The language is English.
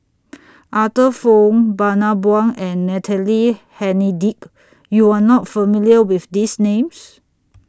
Arthur Fong Bani Buang and Natalie Hennedige YOU Are not familiar with These Names